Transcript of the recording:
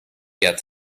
get